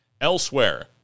Elsewhere